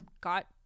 got